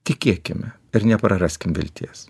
tikėkime ir nepraraskim vilties